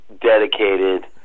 dedicated